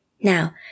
Now